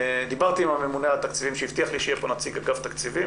דיברתי עם הממונה על התקציבים שהבטיח לי שיהיה פה נציג מאגף התקציבים